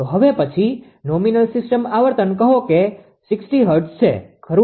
તો હવે પછી નોમિનલ સિસ્ટમ આવર્તન કહો કે 60 હર્ટ્ઝ છે ખરું